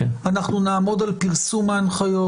אנחנו נעמוד על פרסום ההנחיות,